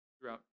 throughout